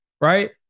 right